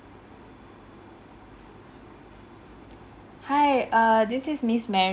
hi err this is miss ma~